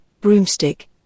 Broomstick